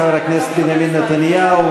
חבר הכנסת בנימין נתניהו,